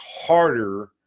harder